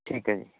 ਠੀਕ ਹੈ ਜੀ